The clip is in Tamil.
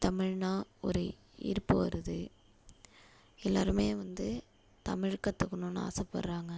தமிழ்னால் ஒரு ஈர்ப்பு வருது எல்லோருமே வந்து தமிழ் கற்றுக்குணுன்னு ஆசைப்பட்றாங்க